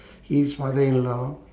his father-in-law